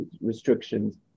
restrictions